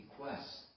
requests